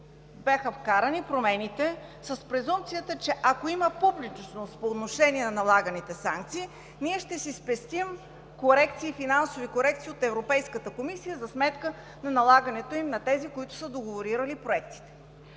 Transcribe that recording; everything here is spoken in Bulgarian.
бяха вкарани промените с презумпцията, че ако има публичност по отношение на налаганите санкции, ще си спестим финансови корекции от Европейската комисия за сметка на налагането им на тези, които са договорирали проектите.